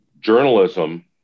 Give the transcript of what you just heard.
journalism